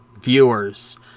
viewers